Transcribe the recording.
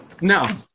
No